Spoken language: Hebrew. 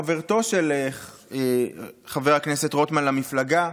חברתו של חבר הכנסת רוטמן למפלגה,